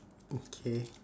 okay